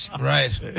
Right